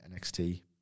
NXT